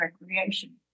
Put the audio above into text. recreation